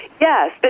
Yes